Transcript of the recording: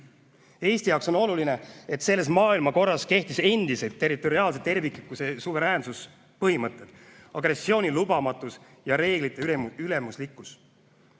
Eesti jaoks on oluline, et selles maailmakorras kehtiks endiselt territoriaalse terviklikkuse ja suveräänsuse põhimõtted, agressiooni lubamatus ja reeglite ülemuslikkus.